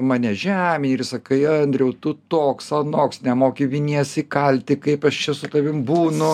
mane žemini ir sakai andriau tu toks anoks nemoki vinies įkalti kaip aš čia su tavim būnu